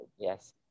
Yes